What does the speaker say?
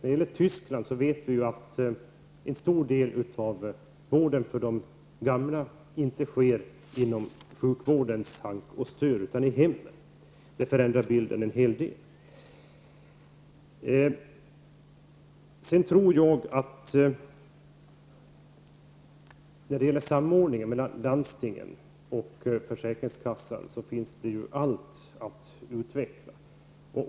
När det gäller Västtyskland vet vi att en stor del av vården för de gamla inte sker inom sjukvårdens hank och stör utan i hemmen. Det förändrar bilden en hel del. När det gäller samordningen mellan landstingen och försäkringskassan finns det en hel del att utveckla.